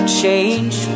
change